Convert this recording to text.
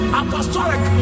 apostolic